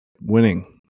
winning